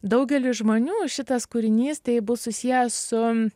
daugeliui žmonių šitas kūrinys tai bus susijęs su